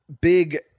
big